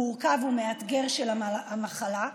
מורכב ומאתגר של המחלה,